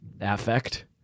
affect